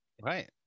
right